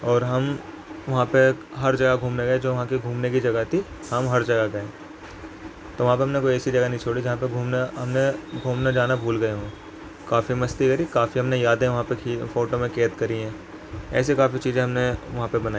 اور ہم وہاں پہ ہر جگہ گھومنے گئے جو وہاں کی گھومنے کی جگہ تھی ہم ہر جگہ گئے تو وہاں پہ ہم نے کوئی ایسی جگہ نہیں چھوڑی جہاں پہ گھومنا ہم نے گھومنے جانا بھول گئے ہوں کافی مستی کری کافی ہم نے یادیں وہاں پہ فوٹو میں قید کری ہیں ایسے کافی چیزیں ہم نے وہاں پہ بنائیں